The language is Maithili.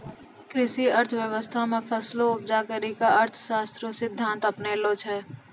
कृषि अर्थशास्त्र मे फसलो उपजा करी के अर्थशास्त्र रो सिद्धान्त अपनैलो छै